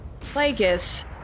Plagueis